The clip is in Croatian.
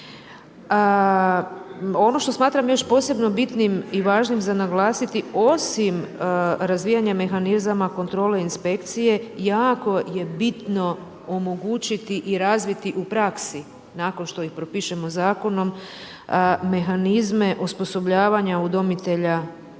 Ono što smatram još posebno bitnim i važnim za naglasiti, osim razvijanja mehanizama, kontrole inspekcije, jako je bitno omogućiti i razviti u praksi, nakon što ih propišemo zakonom, mehanizme osposobljavanje udomitelja za uopće